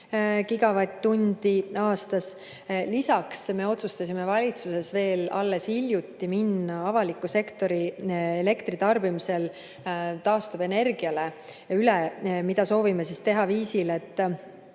gigavatt-tundi aastas. Lisaks otsustasime valitsuses alles hiljuti minna avaliku sektori elektritarbimisel üle taastuvenergiale, mida soovime teha sel viisil, et